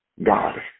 God